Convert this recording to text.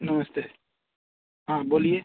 नमस्ते हाँ बोलिए